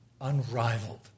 unrivaled